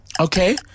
Okay